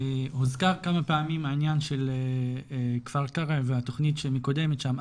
הוזכר כמה פעמים העניין של כפר קרע והתכנית שמקודמת שם.